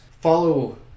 follow